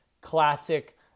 classic